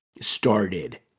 started